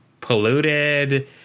polluted